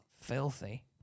filthy